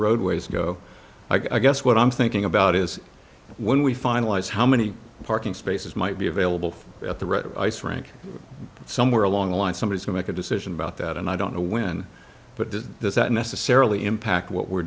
roadways go i guess what i'm thinking about is when we finalize how many parking spaces might be available at the red ice rink somewhere along the line somebody can make a decision about that and i don't know when but does this that necessarily impact what we're